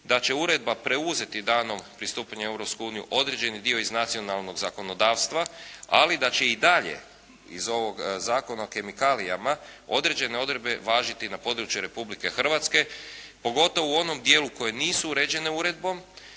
da će uredba preuzeti danom pristupanja Europskoj uniji određeni dio iz nacionalnog zakonodavstva, ali da će i dalje iz ovog Zakona o kemikalijama određene odredbe važiti na području Republike Hrvatske, pogotovo u onom dijelu koje nisu uređene uredbom,